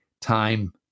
time